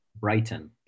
Brighton